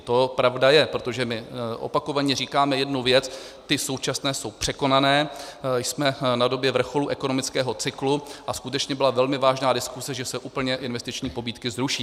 To pravda je, protože my opakovaně říkáme jednu věc ty současné jsou překonané, jsme v době vrcholu ekonomického cyklu, a skutečně byla velmi vážná diskuse, že se úplně investiční pobídky zruší.